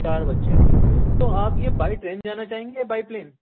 چار بچے ہیں ٹھیک ہے تو آپ یہ بائی ٹرین جانا چاہیں گے یا بائی پلین